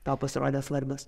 tau pasirodė svarbios